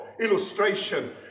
illustration